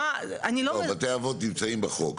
לא, בתי האבות נמצאים בחוק.